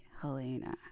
Helena